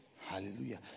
Hallelujah